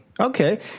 Okay